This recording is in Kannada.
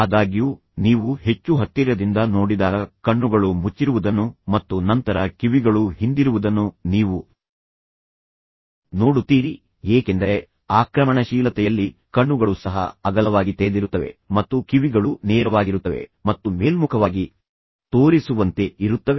ಆದಾಗ್ಯೂ ನೀವು ಹೆಚ್ಚು ಹತ್ತಿರದಿಂದ ನೋಡಿದಾಗ ಕಣ್ಣುಗಳು ಮುಚ್ಚಿರುವುದನ್ನು ಮತ್ತು ನಂತರ ಕಿವಿಗಳು ಹಿಂದಿರುವುದನ್ನು ನೀವು ನೋಡುತ್ತೀರಿ ಏಕೆಂದರೆ ಆಕ್ರಮಣಶೀಲತೆಯಲ್ಲಿ ಕಣ್ಣುಗಳು ಸಹ ಅಗಲವಾಗಿ ತೆರೆದಿರುತ್ತವೆ ಮತ್ತು ಕಿವಿಗಳು ನೇರವಾಗಿರುತ್ತವೆ ಮತ್ತು ಮೇಲ್ಮುಖವಾಗಿ ತೋರಿಸುವಂತೆ ಇರುತ್ತವೆ